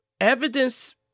evidence